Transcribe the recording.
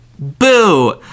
Boo